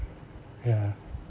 ya